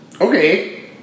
Okay